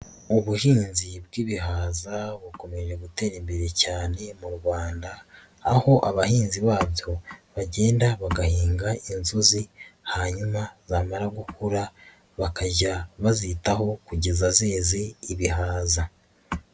Ubuhinzi bw'ibihaza bukomeje gutera imbere cyane mu Rwanda, aho abahinzi babyo bagenda bagahinga inzuzi, hanyuma zamara gukura bakajya bazitaho kugeza zeze ibihaza.